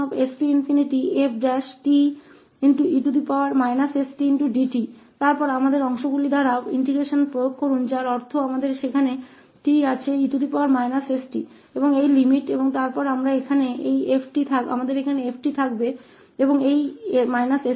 और फिर कुछ हिस्सों कि इंटीग्रल हम 𝑓 है 𝑓𝑡 वहाँ e st है और इस सीमा को और उसके बाद फिर यहां इस 𝑓 𝑡 वहाँ हो सकता है और यह 𝑠𝑡